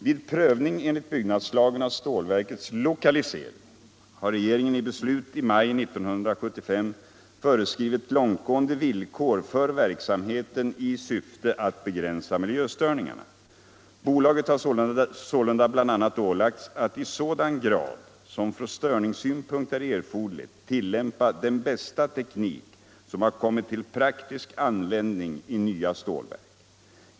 Vid prövning enligt byggnadslagen av stålverkets lokalisering har regeringen i beslut i maj 1975 föreskrivit långtgående villkor för verksamheten i syfte att begränsa miljöstörningarna. Bolaget har sålunda bl.a. ålagts att i sådan grad som från störningssynpunkt är erforderlig tillämpa den bästa teknik som har kommit till praktisk användning i nya stålverk.